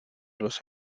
los